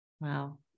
Wow